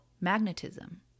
magnetism